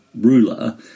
ruler